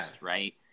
right